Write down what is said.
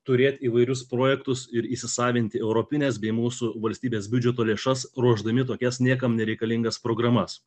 turėt įvairius projektus ir įsisavinti europines bei mūsų valstybės biudžeto lėšas ruošdami tokias niekam nereikalingas programas